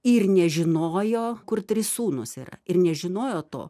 ir nežinojo kur trys sūnūs yra ir nežinojo to